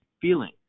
feeling